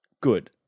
good